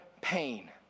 pain